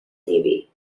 navy